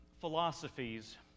philosophies